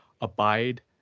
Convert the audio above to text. abide